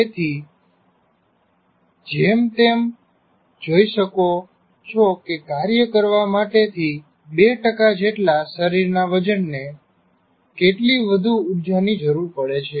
તેથી જેમ તમે જોઈ શકો છો કે કાર્ય કરવા માટે થી 2 જેટલા શરીરના વજનને કેટલી વધુ ઊર્જાની જરૂર પડે છે